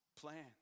plan